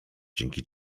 dzięki